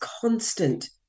constant